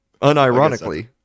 Unironically